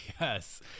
yes